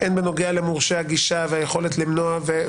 הן בנוגע למורשה הגישה והיכולת למנוע.